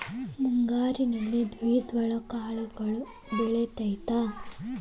ಮುಂಗಾರಿನಲ್ಲಿ ದ್ವಿದಳ ಕಾಳುಗಳು ಬೆಳೆತೈತಾ?